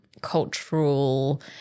cultural